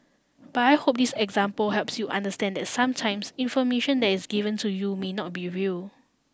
but I hope this example helps you understand that sometimes information that is given to you may not be real